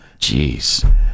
Jeez